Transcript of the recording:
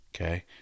okay